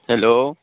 hello